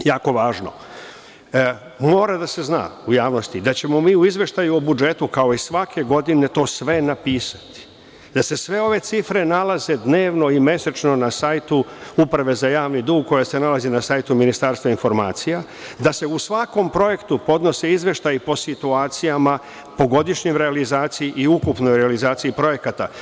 Jako važno, mora da se zna u javnosti, da ćemo mi u izveštaju o budžetu, kao i svake godine, to sve napisati, da se sve ove cifre nalaze dnevno i mesečno na sajtu Uprave za javni dug, koja se nalazi na sajtu Ministarstva informacija, da se u svakom projektu podnose izveštaji o situacijama, po godišnjim realizaciji i ukupnoj realizaciji projekata.